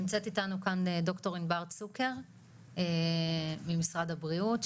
נמצאת איתנו כאן ד"ר ענבר צוקר ממשרד הבריאות,